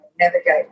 navigate